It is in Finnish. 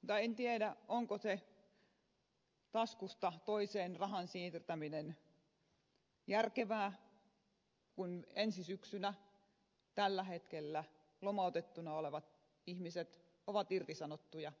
mutta en tiedä onko se taskusta toiseen rahan siirtäminen järkevää kun ensi syksynä tällä hetkellä lomautettuina olevat ihmiset ovat irtisanottuja